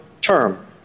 term